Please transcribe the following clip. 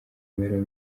imibereho